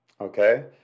okay